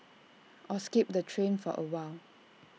or skip the train for awhile